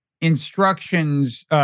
instructions